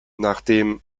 nachdem